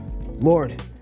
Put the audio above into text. Lord